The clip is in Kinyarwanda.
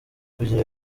kugira